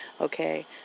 Okay